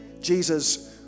Jesus